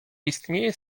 istnieje